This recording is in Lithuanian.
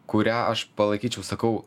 kurią aš palaikyčiau sakau